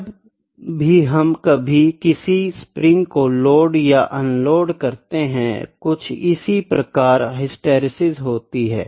जब भी हम कभी किसी स्प्रिंग को लोड या अनलोड करते हैं कुछ इसी प्रकार हिस्टैरिसीस होती है